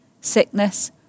Sickness